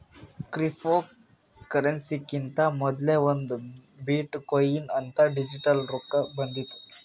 ಕ್ರಿಪ್ಟೋಕರೆನ್ಸಿಕಿಂತಾ ಮೊದಲೇ ಒಂದ್ ಬಿಟ್ ಕೊಯಿನ್ ಅಂತ್ ಡಿಜಿಟಲ್ ರೊಕ್ಕಾ ಬಂದಿತ್ತು